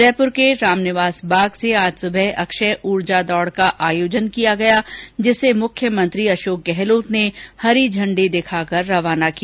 जयपुर के रामनिवास बाग से आज सुबह अक्षय ऊर्जा दौड़ का आयोजन किया गया जिसे मुख्यमंत्री अशोक गहलोत ने हरी झण्डी दिखाकर रवाना किया